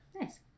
Nice